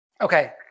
Okay